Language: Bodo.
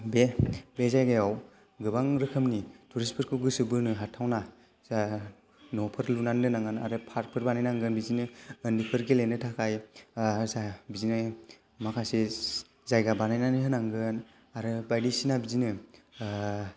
बे जायगायाव गोबां रोखोमनि टुरिस्त फोरखौ गोसो बोनो हाथावना जा न'फोर लुनानै दोननांगोन आरो पार्क फोर बानायनांगोन बिदिनो उन्दैफोर गेलेनो थाखाय जा बिदिनो माखासे जायगा बानायनानै होनांगोन आरो बायदिसिना बिदिनो